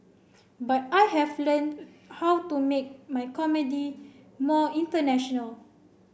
but I have learned how to make my comedy more international